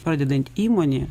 pradedant įmonė